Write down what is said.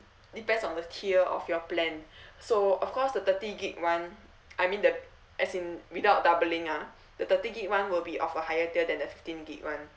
depends on the tier of your plan so of course the thirty gig one I mean the as in without doubling ah the thirty gig one will be of a higher tier that the fifteen gig one